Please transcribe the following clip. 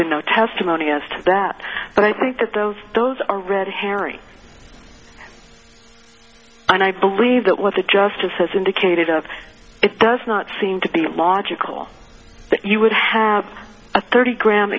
been no testimony asked that but i think that those those are red herring and i believe that what the justice has indicated of it does not seem to be logical that you would have a thirty gra